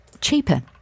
cheaper